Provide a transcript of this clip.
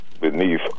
beneath